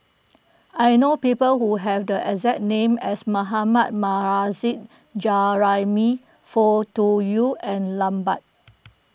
I know people who have the exact name as Mohammad Nurrasyid Juraimi Foo Tui Liew and Lambert